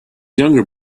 younger